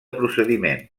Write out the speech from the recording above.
procediment